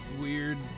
weird